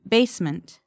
Basement